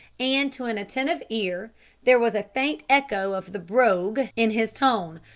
and to an attentive ear there was a faint echo of the brogue in his tone,